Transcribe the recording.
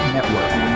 Network